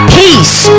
peace